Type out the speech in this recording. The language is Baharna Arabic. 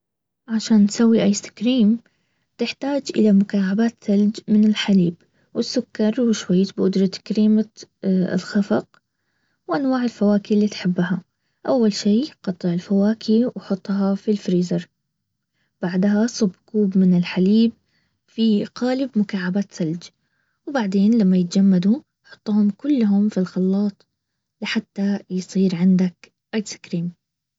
عشان تسوي ايس كريم تحتاج الى مكعبات ثلج من الحليب والسكر وشويش بودرة كريمة لخفق وانواع الفواكه اللي تحبها اول شي قطع الفواكه وحطها في الفريزر بعدها صب كوب من الحليب في قالب مكعبات ثلج وبعدين لما يتجمدوا حطهم كلهم في الخلاط لحتى يصير عندك ايس كريم